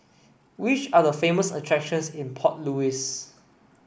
which are the famous attractions in Port Louis